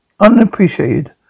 unappreciated